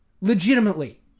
Legitimately